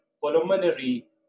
pulmonary